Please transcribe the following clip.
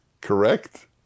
Correct